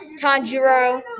Tanjiro